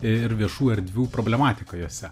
ir viešų erdvių problematiką jose